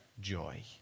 joy